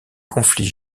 conflits